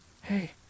hey